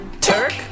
Turk